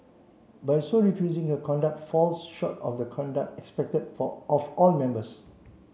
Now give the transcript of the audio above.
by so refusing her conduct falls short of the conduct expected for of all members